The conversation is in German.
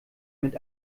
mit